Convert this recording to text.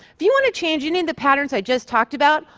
if you want to change any of the patterns i just talked about,